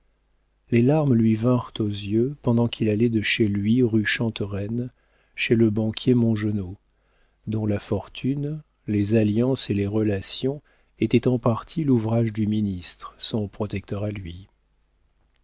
les larmes lui vinrent aux yeux pendant qu'il allait de chez lui rue chantereine chez le banquier mongenod dont la fortune les alliances et les relations étaient en partie l'ouvrage du ministre son protecteur à lui